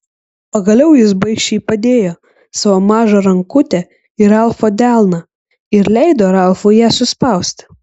pagaliau jis baikščiai padėjo savo mažą rankutę į ralfo delną ir leido ralfui ją suspausti